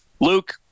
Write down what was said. luke